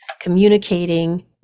communicating